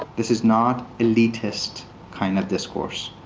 this is not elitist kind of discourse.